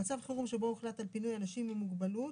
במצב חירום שבו הוחלט על פינוי אנשים עם מוגבלות,